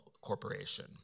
Corporation